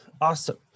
Awesome